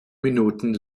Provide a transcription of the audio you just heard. minuten